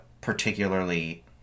particularly